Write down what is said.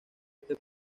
este